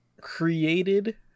created